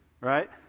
Right